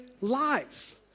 lives